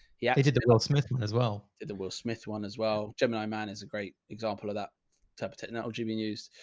yeah he did the paul smith as well. the will smith one as well. gemini man is a great example of that type of technology being used.